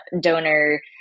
donor